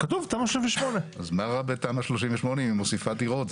כתוב תמ"א 38. אז מה רע בתמ"א 38 אם היא מוסיפה דירות?